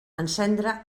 encendre